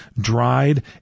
dried